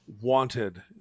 wanted